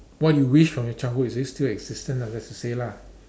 what you wish from your childhood is it still existent lah just to say lah